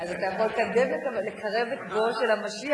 אז אתה יכול לקרב את בואו של המשיח,